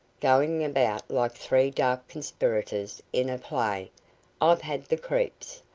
going about like three dark conspirators in a play, i've had the creeps.